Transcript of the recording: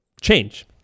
change